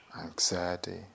anxiety